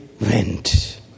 went